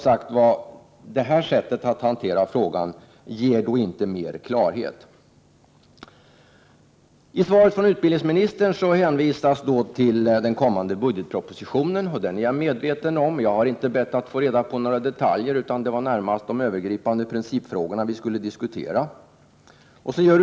Och det här sättet att hantera frågan ger som sagt inte mera klarhet. I svaret från utbildningsministern hänvisas till den kommande budgetpropositionen. Den är jag medveten om, och jag har inte bett att få reda på några detaljer. Det var ju närmast de övergripande principfrågorna som jag ville att vi skulle diskutera.